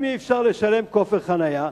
אם אי-אפשר לשלם כופר חנייה,